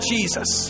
Jesus